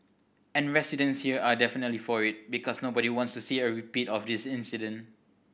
and residents here are definitely for it because nobody wants to see a repeat of this incident